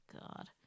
God